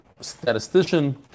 statistician